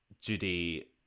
Judy